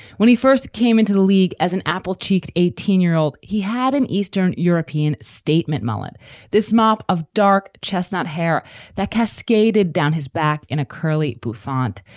when he first came into the league as an apple cheeked eighteen year old, he had an eastern european statement mullet this mop of dark chestnut hair that cascaded down his back in a curly bouffant.